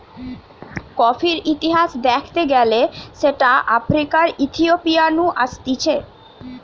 কফির ইতিহাস দ্যাখতে গেলে সেটা আফ্রিকার ইথিওপিয়া নু আসতিছে